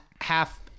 half